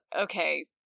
okay